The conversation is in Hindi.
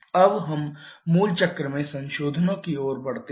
अब हम मूल चक्र में संशोधनों की ओर बढ़ते हैं